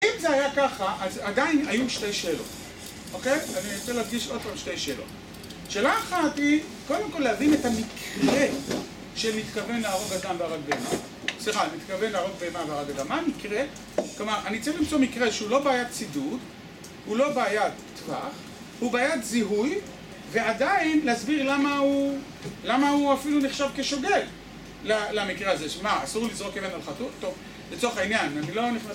אם זה היה ככה, אז עדיין היו שתי שאלות אוקיי? אני רוצה להפגיש עוד פעם שתי שאלות שאלה אחת היא, קודם כל להבין את המקרה שמתכוון להרוג אדם והרג בהמה סליחה, מתכוון להרוג בהמה והרג אדם מה המקרה? כלומר, אני רוצה למצוא מקרה שהוא לא בעיית צידוד, הוא לא בעיית טווח, הוא בעיית זיהוי ועדיין להסביר למה הוא למה הוא אפילו נחשב כשוגג למקרה הזה, שמה, אסור לזרוק אבן על חתול? לצורך העניין, אני לא נכנס...